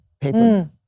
paper